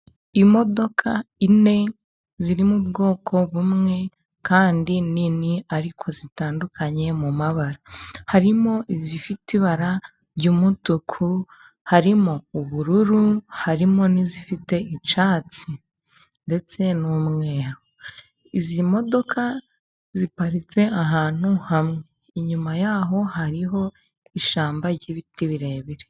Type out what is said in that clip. Imodoka enye ziri mu bwoko bumwe kandi nini, ariko zitandukanye mu mabara. Harimo izifite ibara ry'umutuku, harimo ubururu, harimo n'izifite icyatsi ndetse n'umweru. Izi modoka ziparitse ahantu hamwe. Inyuma yaho hariho ishyamba ry'ibiti birebire.